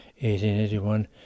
1881